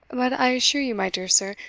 but i assure you, my dear sir,